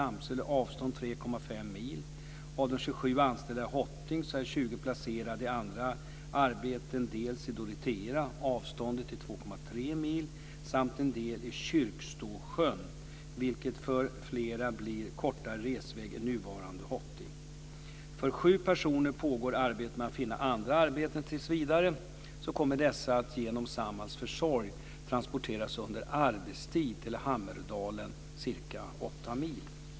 Jag vill förtydliga det som jag sade tidigare. avståndet är 2,3 mil - dels i Kyrktåsjö, vilket för flera innebär kortare resväg än den nuvarande till Hoting. För sju personer pågår arbete med att finna andra arbeten. Tills vidare kommer dessa att genom Samhalls försorg transporteras under arbetstid till Hammerdal - ca 8 mil.